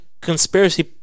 conspiracy